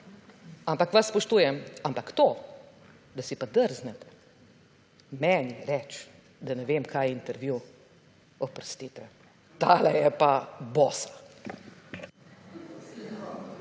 ampak vas spoštujem. Ampak to, da si pa drznete meni reči, da ne vem, kaj je intervju, oprostite, tale je pa bosa.